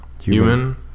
human